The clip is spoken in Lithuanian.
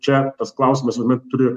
čia tas klausimas vienaip turi